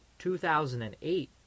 2008